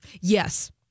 Yes